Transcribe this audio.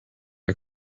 are